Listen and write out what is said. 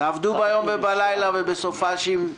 תעבדו ביום ובלילה ובסופי שבוע